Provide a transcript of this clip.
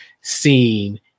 seen